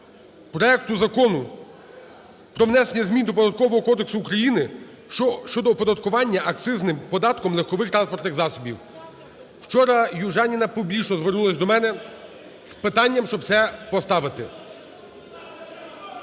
проекту Закону про внесення змін до Податкового кодексу України щодо оподаткування акцизним податком легкових транспортних засобів. Вчора Южаніна публічно звернулася до мене з питанням, щоб це поставити.